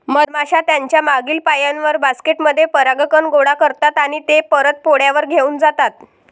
मधमाश्या त्यांच्या मागील पायांवर, बास्केट मध्ये परागकण गोळा करतात आणि ते परत पोळ्यावर घेऊन जातात